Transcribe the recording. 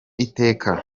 iteka